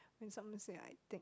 then some say I think